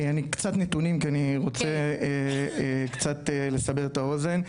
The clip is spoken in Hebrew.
קצת נתונים כי אני רוצה לסבר את האוזן.